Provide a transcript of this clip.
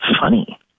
funny